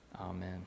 Amen